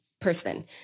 Person